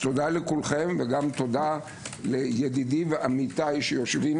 תודה לכולכם וגם לידידי ועמיתיי שיושבים